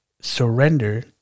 surrender